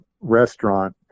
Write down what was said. restaurant